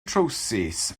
trowsus